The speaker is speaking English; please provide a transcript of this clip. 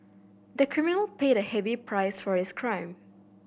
the criminal paid a heavy price for his crime